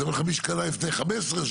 אני מדבר איתך על מי שקנה לפני 15 שנה.